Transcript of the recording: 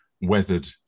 weathered